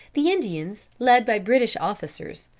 the indians, led by british officers,